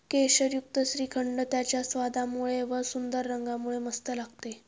केशरयुक्त श्रीखंड त्याच्या स्वादामुळे व व सुंदर रंगामुळे मस्त लागते